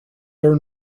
their